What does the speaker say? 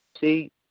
See